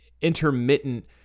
intermittent